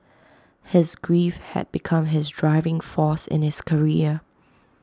his grief had become his driving force in his career